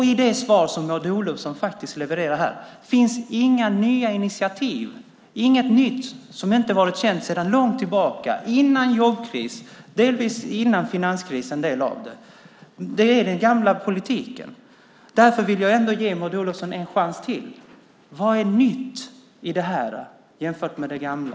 I det svar som Maud Olofsson levererar här finns inga nya initiativ - inget nytt som inte har varit känt sedan långt tillbaka, före jobbkrisen och, en del av det, före finanskrisen. Det är den gamla politiken. Därför vill jag ändå ge Maud Olofsson en chans till. Vad är nytt i det här jämfört med det gamla?